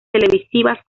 televisivas